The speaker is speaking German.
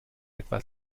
etwa